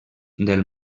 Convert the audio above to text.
del